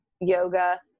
yoga